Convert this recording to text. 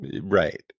right